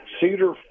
cedar